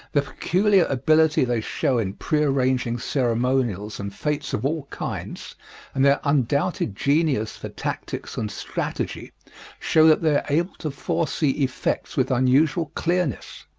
the peculiar ability they show in pre-arranging ceremonials and fetes of all kinds and their undoubted genius for tactics and strategy show that they are able to foresee effects with unusual clearness.